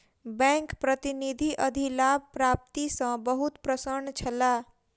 bank प्रतिनिधि अधिलाभ प्राप्ति सॅ बहुत प्रसन्न छला